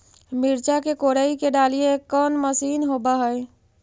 मिरचा के कोड़ई के डालीय कोन मशीन होबहय?